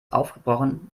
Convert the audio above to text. aufgebrochen